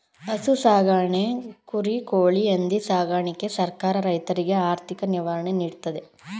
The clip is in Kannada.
ಹಸು ಸಾಕಣೆ, ಕುರಿ, ಕೋಳಿ, ಹಂದಿ ಸಾಕಣೆಗೆ ಸರ್ಕಾರ ರೈತರಿಗೆ ಆರ್ಥಿಕ ನಿರ್ವಹಣೆ ನೀಡ್ತಿದೆ